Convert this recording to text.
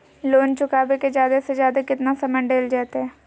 Loan चुकाबे के जादे से जादे केतना समय डेल जयते?